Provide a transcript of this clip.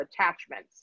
attachments